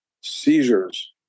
seizures